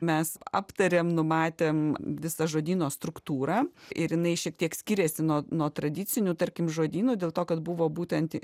mes aptarėm numatėm visą žodyno struktūrą ir jinai šiek tiek skiriasi nuo nuo tradicinių tarkim žodynų dėl to kad buvo būtent